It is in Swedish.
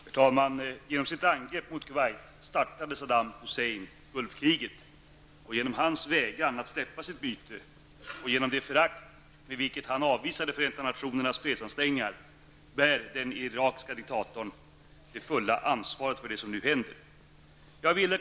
Herr talman! Genom sitt angrepp mot Kuwait startade Saddam Hussein Gulfkriget. Genom sin vägran att släppa sitt byte och genom det förakt med vilket han avvisade Förenta Nationernas fredsansträngningar bär den irakiske diktatorn det fulla ansvaret för det som nu händer. Herr talman!